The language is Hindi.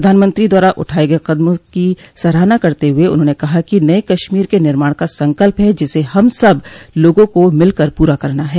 प्रधानमंत्री द्वारा उठाये गए कदमों की सराहना करते हुए उन्होंने कहा कि नए कश्मीर के निर्माण का संकल्प है जिसे हम सब लोगों को मिलकर पूरा करना है